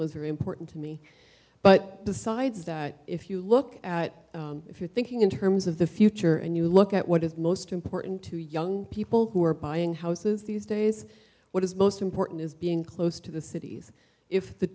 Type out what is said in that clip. was very important to me but besides that if you look at if you're thinking in terms of the future and you look at what is most important to young people who are buying houses these days what is most important is being close to the cities if the